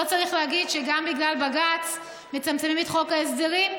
פה צריך להגיד שגם בגלל בג"ץ מצמצמים את חוק ההסדרים,